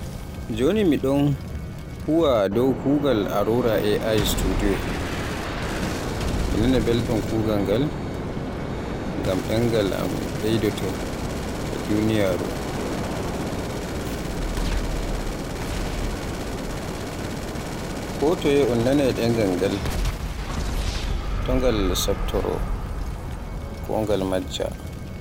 Joni mi ɗon huuwa e dow kugaal Aurora AI studio, mi naana belɗum maagal, ngam ɗemgal am ɓeydoto e duniyaaru, ko toye un nanaai ngal to ngal softoro ko ngal majja.